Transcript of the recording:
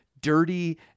dirty